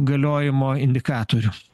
galiojimo indikatorių